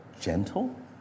gentle